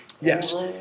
Yes